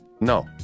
no